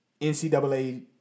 NCAA